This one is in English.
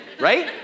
right